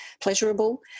pleasurable